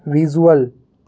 visual